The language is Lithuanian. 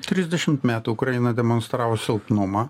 trisdešimt metų ukraina demonstravo silpnumą